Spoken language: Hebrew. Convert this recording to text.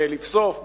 ולבסוף,